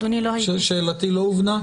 שאלתי לא הובנה?